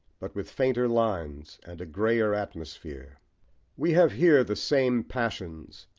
but with fainter lines and a greyer atmosphere we have here the same passions,